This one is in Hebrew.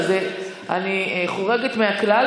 אני חורגת מהכלל,